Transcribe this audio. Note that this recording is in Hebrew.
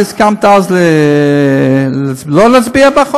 את הסכמת אז לא להצביע?